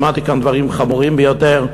שמעתי כאן דברים חמורים ביותר,